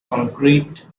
concrete